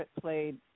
played